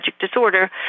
disorder